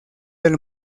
del